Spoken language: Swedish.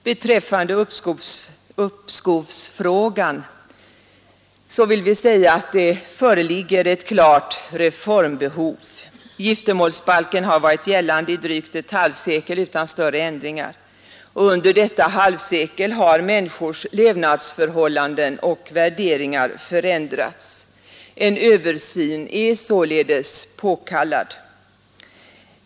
Beträffande uppskovsfrågan vill vi säga att det föreligger ett klart reformbehov. Giftermålsbalken har varit gällande i drygt ett halvsekel utan större ändringar, och under detta halvsekel har människornas levnadsförhållanden och värderingar förändrats. En översyn är således påkallad.